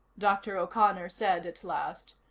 dr. o'connor said at last.